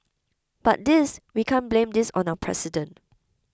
but this we can't blame this on our president